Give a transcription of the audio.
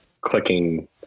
clicking